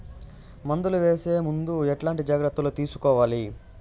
మందులు వేసే ముందు ఎట్లాంటి జాగ్రత్తలు తీసుకోవాలి?